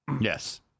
Yes